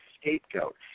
scapegoat